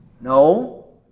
No